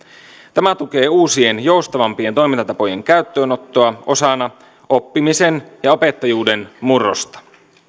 tämä tukee uusien joustavampien toimintatapojen käyttöönottoa osana oppimisen ja opettajuuden murrosta